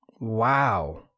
Wow